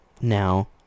now